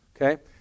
okay